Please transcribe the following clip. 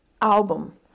album